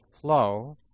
flow